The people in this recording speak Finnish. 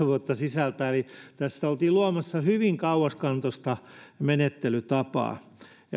vuotta sisältää eli tässä oltiin luomassa hyvin kauaskantoista menettelytapaa